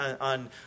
On